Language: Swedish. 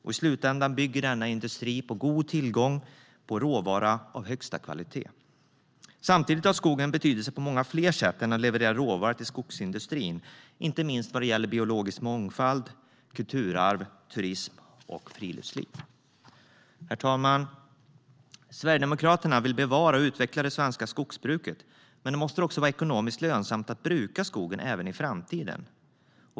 I slutändan bygger denna industri på en god tillgång till råvara av högsta kvalitet. Samtidigt har skogen betydelse på många fler sätt än att den levererar råvara till skogsindustrin, inte minst vad det gäller biologisk mångfald, kulturarv, turism och friluftsliv. Herr talman! Sverigedemokraterna vill bevara och utveckla det svenska skogsbruket, men då måste det vara ekonomiskt lönsamt att bruka skogen även i framtiden.